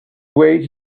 wait